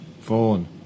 phone